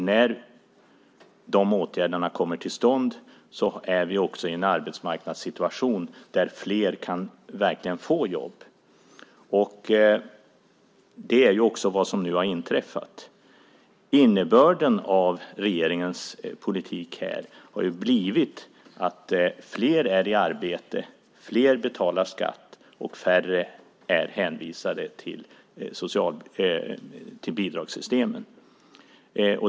När de åtgärderna kommer till stånd är vi samtidigt i en arbetsmarknadssituation där fler verkligen kan få jobb. Det är också vad som nu har inträffat. Innebörden av regeringens politik har blivit att fler är i arbete, fler betalar skatt och färre är hänvisade till bidragssystemen.